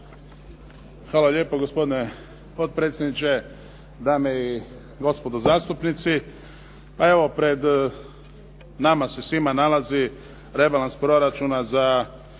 Hvala lijepo. Gospodine potpredsjedniče, dame i gospodo zastupnici. Evo, pred nama se svima nalazi rebalans proračuna za